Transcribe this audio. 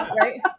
Right